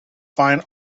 fine